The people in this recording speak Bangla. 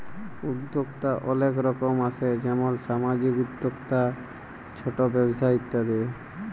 উদ্যক্তা অলেক রকম আসে যেমল সামাজিক উদ্যক্তা, ছট ব্যবসা ইত্যাদি